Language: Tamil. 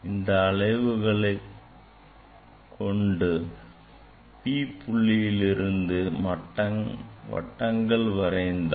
இந்த அளவுகளைக் கொண்டு P புள்ளியில் இருந்து வட்டங்கள் வரைந்தால்